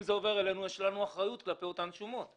זה עובר אלינו, יש לנו אחריות כלפי אותן שומות.